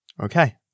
Okay